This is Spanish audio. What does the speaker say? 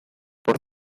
puede